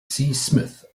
smith